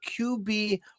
QB